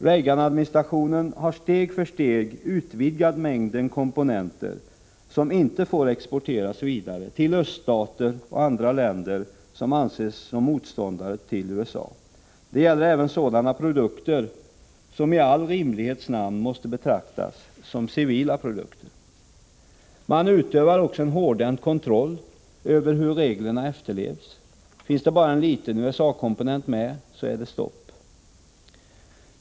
Reaganadministrationen har steg för steg utvidgat mängden komponenter som inte får exporteras vidare till öststater och andra länder som anses vara motståndare till USA. Det gäller även sådana produkter som i all rimlighets namn måste betraktas som civila produkter. Man utövar också en hårdhänt kontroll över hur reglerna efterlevs. Finns det bara en liten USA-komponent med, så är det stopp.